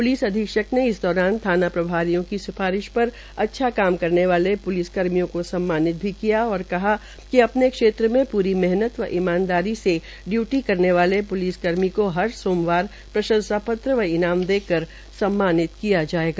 police अधीक्षक ने इस दौरान थाना प्रभारियों की सिफारिश पर अच्छा काम करने वाले प्लिस कर्मियों को सम्मानित भी किया और कहा कि अपने क्षेत्र में पूरी मेहतन व ईमानदारी से डयूटी करने वाले प्लिस कर्मी को हर सोमवार प्रंशसा पत्र व ईनाम देकर कर सम्मानित किया जायेगा